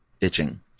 itching